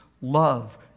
Love